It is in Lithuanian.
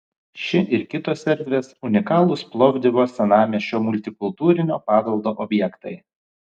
ši ir kitos erdvės unikalūs plovdivo senamiesčio multikultūrinio paveldo objektai